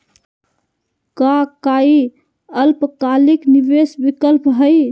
का काई अल्पकालिक निवेस विकल्प हई?